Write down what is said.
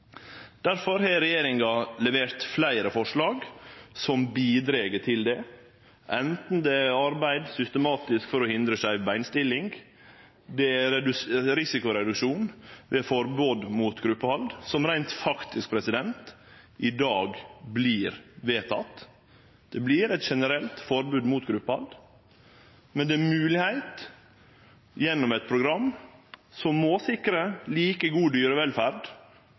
har regjeringa levert fleire forslag som bidreg til det, anten det er arbeid, systematisk, for å hindre skeiv beinstilling eller risikoreduksjon ved forbod mot gruppehald, som reint faktisk i dag vert vedteke. Det vert eit generelt forbod mot gruppehald, men det er moglegheit gjennom eit program som må sikre like god dyrevelferd